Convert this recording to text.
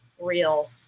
real